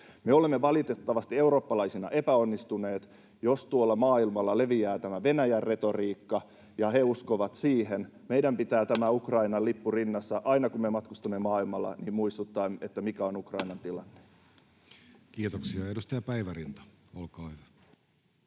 Me olemme valitettavasti eurooppalaisina epäonnistuneet, jos tuolla maailmalla leviää tämä Venäjän retoriikka ja he uskovat siihen. Meidän täytyy pitää Ukrainan lippu rinnassa aina, kun me matkustamme maailmalla, ja muistuttaa, mikä on Ukrainan tilanne. Kiitoksia. — Edustaja Päivärinta, olkaa hyvä.